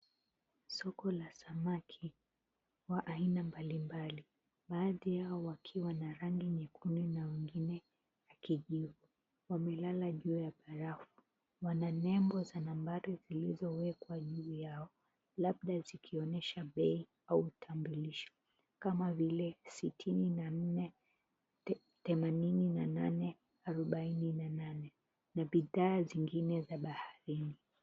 Soko la samaki wa aina mbalimbali baadhi yao wakiwa na rangi nyekundu na wengine wamelala juu ya barafu. Wana nembo za nambari zilizowekwa juu yao, labda zikionesha bei au utambulisho kama vile sitini na nne, themanini na nane, arobaini na nane, na bidhaa zingine za baharini.